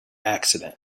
accident